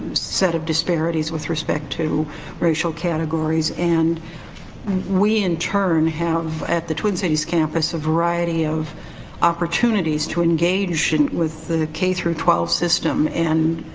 set of disparities with respect to racial categories. and we, in turn, have, at the twin cities campus, a variety of opportunities to engage and with the k through twelve system. and